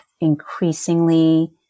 increasingly